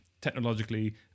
technologically